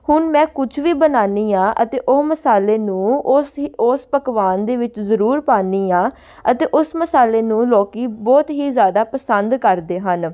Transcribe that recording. ਹੁਣ ਮੈਂ ਕੁਛ ਵੀ ਬਣਾਉਂਦੀ ਹਾਂ ਅਤੇ ਉਹ ਮਸਾਲੇ ਨੂੰ ਉਸ ਹੀ ਉਸ ਪਕਵਾਨ ਦੇ ਵਿੱਚ ਜ਼ਰੂਰ ਪਾਉਂਦੀ ਹਾਂ ਅਤੇ ਉਸ ਮਸਾਲੇ ਨੂੰ ਲੋਕ ਬਹੁਤ ਹੀ ਜ਼ਿਆਦਾ ਪਸੰਦ ਕਰਦੇ ਹਨ